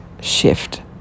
shift